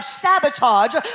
sabotage